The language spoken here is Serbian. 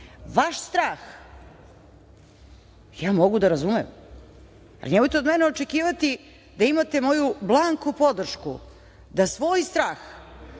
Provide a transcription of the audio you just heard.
Vaš strah ja mogu da razumem, ali nemojte od mene očekivati da imate moju blanko podršku da svoj strah